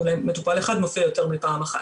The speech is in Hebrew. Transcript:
אולי מטופל אחד מופיע יותר מפעם אחת.